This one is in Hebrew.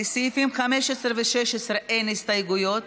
לסעיפים 15 ו-16 אין הסתייגויות.